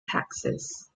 taxes